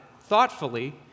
thoughtfully